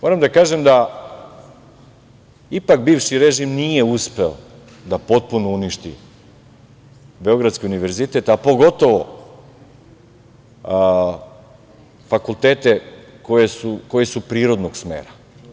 Moram da kažem da ipak bivši režim nije uspeo da potpuno uništi Beogradski univerzitet, a pogotovo fakultete koji su prirodnog smera.